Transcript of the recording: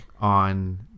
on